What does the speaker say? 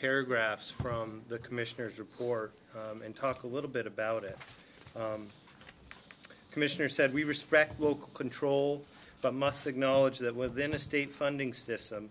paragraphs from the commissioner's report and talk a little bit about it commissioner said we respect local control but must acknowledge that within a state funding system